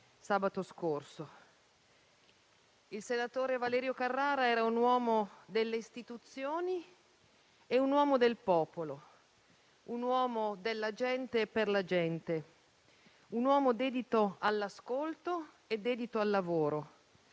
Il senatore Valerio Carrara era un uomo delle istituzioni e un uomo del popolo, un uomo della gente e per la gente, un uomo dedito all'ascolto e al lavoro,